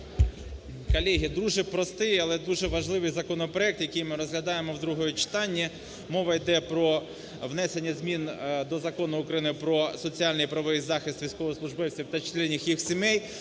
Колеги, дуже простий, але дуже важливий законопроект, який ми розглядаємо в другому читанні. Мова йде про внесення змін до Закону України "Про соціальний і правовий захист військовослужбовців та членів їх сімей".